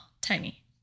tiny